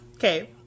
Okay